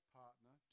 partner